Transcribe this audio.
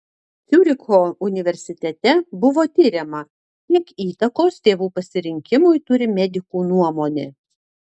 ciuricho universitete buvo tiriama kiek įtakos tėvų pasirinkimui turi medikų nuomonė